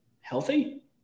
healthy